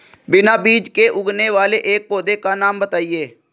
बिना बीज के उगने वाले एक पौधे का नाम बताइए